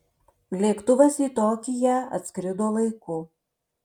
lėktuvas į tokiją atskrido laiku